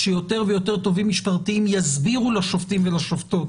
כשיותר ויותר תובעים משפטיים יסבירו לשופטים ולשופטות